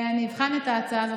אני אבחן את ההצעה הזאת,